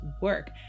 work